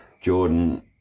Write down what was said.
Jordan